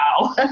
wow